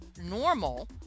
normal